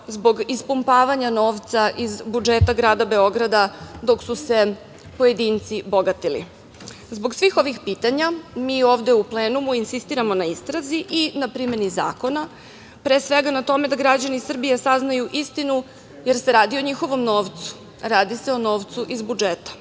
zbog ispumpavanja novca iz budžeta grada Beograda dok su se pojedinci bogatili. Zbog svih ovih pitanja, mi ovde u plenumu insistiramo na istrazi i na primeni zakona, pre svega na tome da građani Srbije saznaju istinu, jer se radi o njihovom novcu, radi se o novcu iz budžeta,